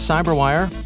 CyberWire